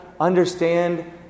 understand